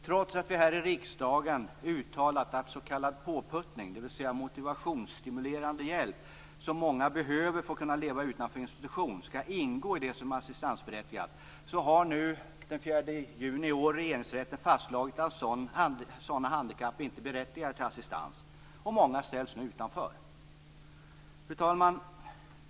Trots att vi här i riksdagen har uttalat att s.k. påputtning, dvs. motivationsstimulerande hjälp som många behöver för att kunna leva utanför institution, skall ingå i det som är assistansberättigat, har Regeringsrätten den 4 juni i år fastslagit att sådant handikapp inte berättigar till assistans. Många ställs nu utanför. Fru talman!